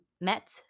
met